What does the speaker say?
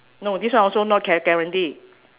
no this also not gua~ guarantee